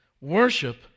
Worship